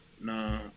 no